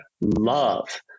love